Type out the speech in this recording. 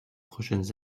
prochaines